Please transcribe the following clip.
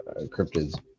cryptids